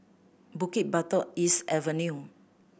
Bukit Batok East Avenue